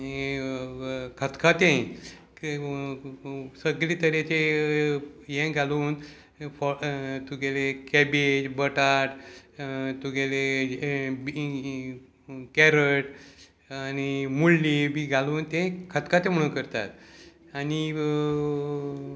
खतखतें सगळे तरेचे हे घालून तुगेले कॅबेज बटाट तुगेले बी कॅरट आनी मुळ्ळी बी घालून तें खतखतें म्हणून करतात आनी